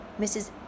Mrs